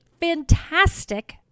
fantastic